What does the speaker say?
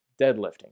deadlifting